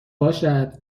باشد